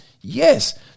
Yes